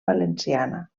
valenciana